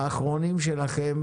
האחרונים שלכם,